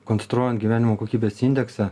konstruojant gyvenimo kokybės indeksą